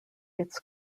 its